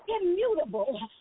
immutable